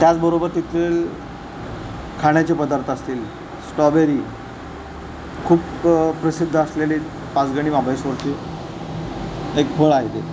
त्याचबरोबर तिथील खाण्याचे पदार्थ असतील स्टॉबेरी खूप प्रसिद्ध असलेली पाचगणी महाबळेश्वरची एक फळ आहे ते